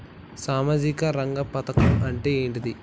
సామాజిక రంగ పథకం అంటే ఏంటిది?